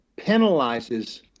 penalizes